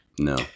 no